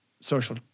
social